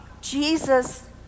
Jesus